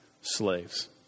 slaves